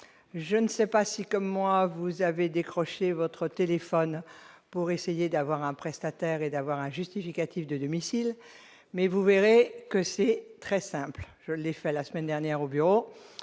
je ne sais pas si comme moi vous avez décroché votre téléphone pour essayer d'avoir un prestataire et d'avoir un justificatif de domicile, mais vous verrez que c'est très simple, je l'ai fait la semaine dernière au bureau,